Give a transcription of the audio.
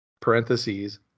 parentheses